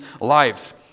lives